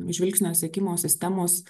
žvilgsnio sekimo sistemos